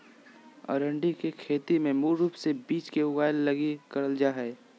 अरंडी के खेती मूल रूप से बिज के उगाबे लगी करल जा हइ